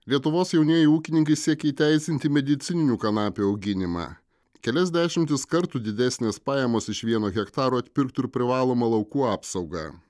lietuvos jaunieji ūkininkai siekia įteisinti medicininių kanapių auginimą kelias dešimtis kartų didesnės pajamos iš vieno hektaro atpirktų ir privalomą laukų apsaugą